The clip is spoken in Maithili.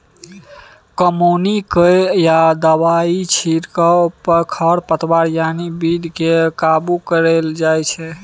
कमौनी कए या दबाइ छीट खरपात यानी बीड केँ काबु कएल जाइत छै